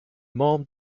membre